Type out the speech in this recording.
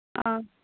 ஆ